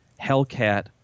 Hellcat